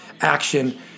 action